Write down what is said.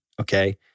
Okay